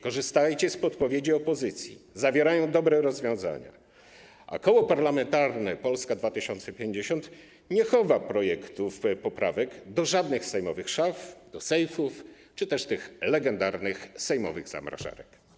Korzystajcie z podpowiedzi opozycji, bo zawierają dobre rozwiązania, a Koło Parlamentarne Polska 2050 nie chowa projektów poprawek do żadnych sejmowych szaf, do sejfów ani też do tych legendarnych sejmowych zamrażarek.